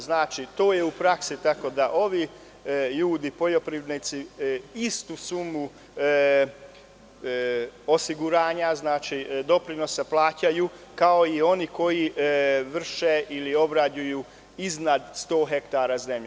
Znači, to je u praksi tako da ovi ljudi poljoprivrednici istu sumu osiguranja, doprinosa plaćaju, kao i oni koji vrše ili obrađuju iznad 100 hektara zemlje.